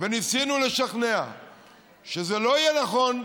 וניסינו לשכנע שזה לא יהיה נכון,